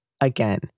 Again